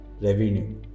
revenue